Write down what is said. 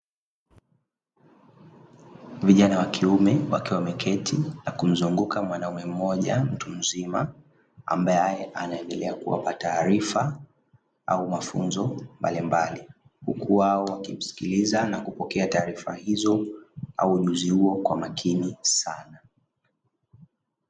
Vijana wa kiume wakiwa wameketi na kumzunguka mwanamume mmoja mtu mzima, ambaye anaendelea kuwapa taarifa au mafunzo mbalimbali huku wao wakimsikiliza na kupokea taarifa hizo au ujuzi huo kwa makini sana.